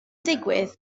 digwydd